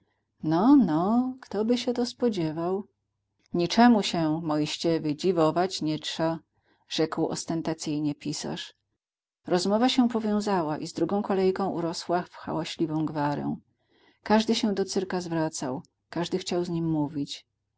no no ktoby się to spodziewał niczemu się moiściewy dziwować nie trza rzekł ostentacyjnie pisarz rozmowa się powiązała i z drugą kolejką urosła w hałaśliwą gwarę każdy się do cyrka zwracał każdy chciał z nim mówić